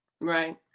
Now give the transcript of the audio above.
right